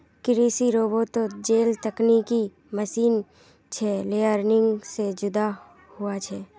कृषि रोबोतोत जेल तकनिकी मशीन छे लेअर्निंग से जुदा हुआ छे